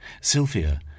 Sylvia